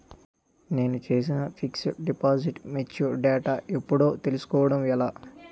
నేను చేసిన fixed deposit mature date ఎప్పుడో తెల్సుకోవడం ఎలా?